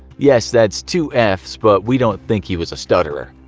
yes, that's two fs, but we don't think he was a stutterer.